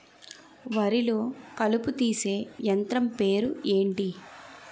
వరి లొ కలుపు తీసే యంత్రం పేరు ఎంటి?